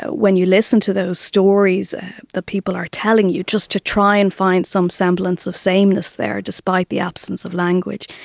ah when you listen to those stories the people are telling you, just to try and find some semblance of sameness there, despite the absence of language.